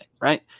right